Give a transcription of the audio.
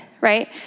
right